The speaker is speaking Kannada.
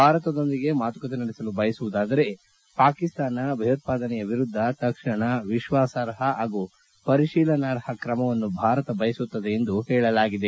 ಭಾರತದೊಂದಿಗೆ ಮಾತುಕತೆ ನಡೆಸಲು ಬಯಸುವುದಾದರೆ ಪಾಕಿಸ್ತಾನ ಭಯೋತ್ವಾದನೆಯ ವಿರುದ್ಧ ತಕ್ಷಣ ವಿಶ್ವಾಸಾರ್ಹ ಹಾಗೂ ಪರಿಶೀಲನಾರ್ಹ ಕ್ರಮವನ್ನು ಭಾರತ ಬಯಸುತ್ತದೆ ಎಂದು ಹೇಳಲಾಗಿದೆ